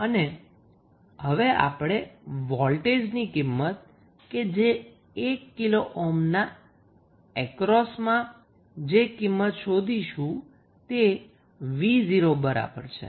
અને હવે આપણે વોલ્ટેજની કિંમત કે જે 1 કિલો ઓહ્મના અક્રોસમાં કિંમત જે શોધીશું તે 𝑣0 છે